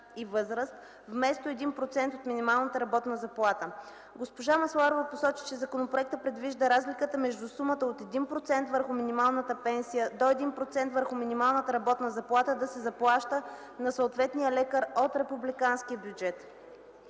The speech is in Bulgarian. и възраст, 1% от минималната работна заплата. Госпожа Масларова посочи, че законопроекта предвижда разликата между сумата от 1% върху минималната пенсия до 1% върху минималната работна заплата да се заплаща на съответния лекар от републиканския бюджет.